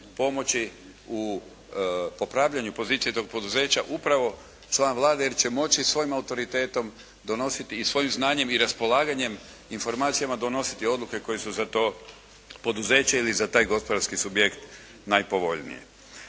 pomoći u popravljanju pozicije tog poduzeća upravo član Vlade jer će moći svojim autoritetom donositi i svojim znanjem i raspolaganjem informacijama donositi odluke koje su za to poduzeće ili za taj gospodarski subjekt najpovoljnije.